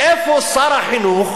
איפה שר החינוך,